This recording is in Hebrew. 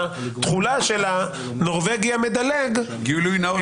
והתחולה של "הנורבגי המדלג" --- גילוי נאות,